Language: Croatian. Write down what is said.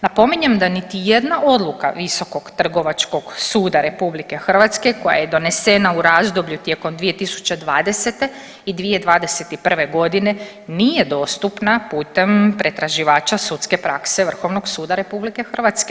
Napominjem da niti jedna odluka Visokog trgovačkog suda RH koja je donesena u razdoblju tijekom 2020. i 2021. godine nije dostupna putem pretraživača sudske prakse Vrhovnog suda RH.